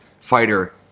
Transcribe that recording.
fighter